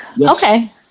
Okay